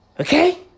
Okay